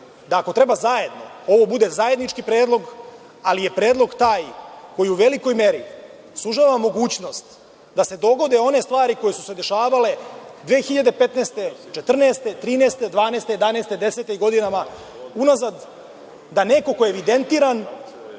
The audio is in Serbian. da ako treba zajedno, ovo bude zajednički predlog, ali je predlog taj koji u velikoj meri sužava mogućnost da se dogode one stvari koje su se dešavale 2015, 2014, 2013, 2012, 2011, 2010. i godinama unazad, da neko ko je evidentiran